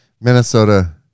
Minnesota